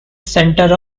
center